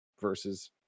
versus